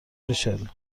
ریچل